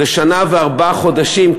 שנה וארבעה חודשים,